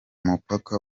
mupaka